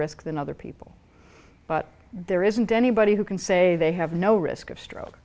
risk than other people but there isn't anybody who can say they have no risk of stroke